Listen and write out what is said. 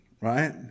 right